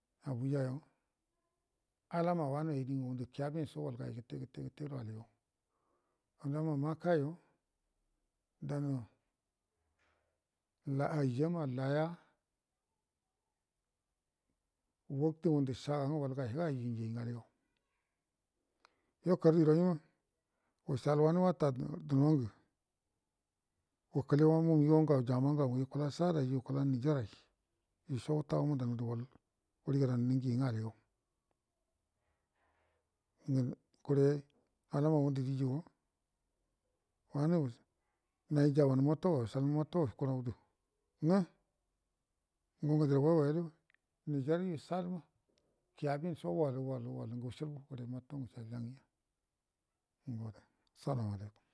Abuja yo alama wanə ai dingə ngudə kiyaben songə wal gai gəte gatɛ gəde aligou alama makayo dana haiyama laya waktə ngundə sagangə wal gai həgayai injiyai ngə aligau yo karya raima usal wata duno ngə ukəle wamu migau jamangau ikula sad daiyu yu kula nigerai iso uta umədan gədə wariga dan ningi ngə aligau kure ngən də diyo wanə naji jaban moto ga usal moto kurau gədə ngə ngu ngəde re agoya gədo nigerya sad ma kuyaben son gə wal wal usalyange ngəla salamulai kum